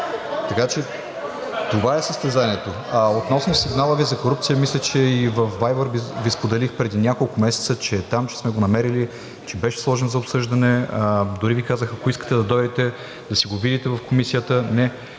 Това е състезанието. А относно сигнала Ви за корупция, мисля, че и във Viber Ви споделих преди няколко месеца там, че сме го намерили, че беше сложен за обсъждане. Дори Ви казах – ако искате да дойдете, да си го видите в Комисията.